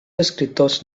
escriptors